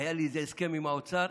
היה לי איזה הסכם עם האוצר,